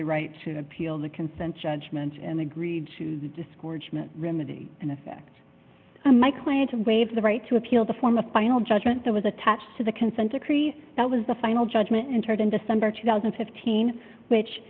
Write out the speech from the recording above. the right to appeal the consent judgment and agreed to discouragement remedy in effect my client to waive the right to appeal the form a final judgment that was attached to the consent decree that was the final judgment entered in december two thousand and fifteen which